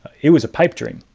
it was a pipe dream.